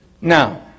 Now